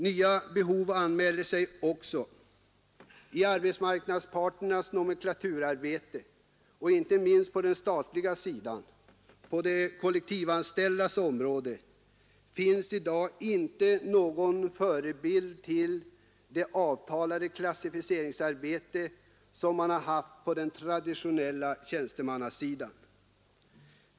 Nya behov anmäler sig också. I arbetsmarknadsparternas nomenklaturarbete — inte minst på den statliga sidan, på de kollektivanställdas område — finns i dag icke någon förebild till det avtalade klassificeringsarbete som man haft på den traditionella tjänstemannasidan.